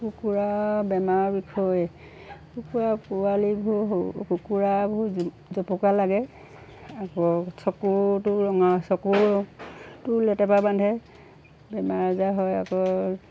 কুকুৰা বেমাৰৰ বিষয়ে কুকুৰা পোৱালীবোৰ কুকুৰাবোৰ জুপুকা লাগে আকৌ চকুটো ৰঙা চকুটো লেতেপা বান্ধে বেমাৰ আজাৰ হয় আকৌ